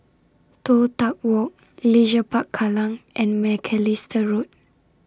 Toh Tuck Walk Leisure Park Kallang and Macalister Road